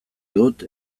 dut